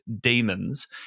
demons